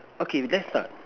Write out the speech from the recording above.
okay let's start